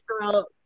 Girl